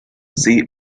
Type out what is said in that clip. see